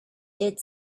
did